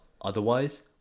Otherwise